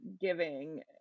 giving